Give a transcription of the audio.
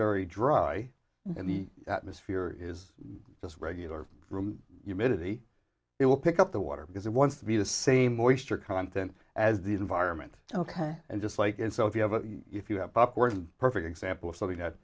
very dry and the atmosphere is just regular humanity it will pick up the water because it wants to be the same voice or content as the environment ok and just like in so if you have a if you have pop word perfect example of something that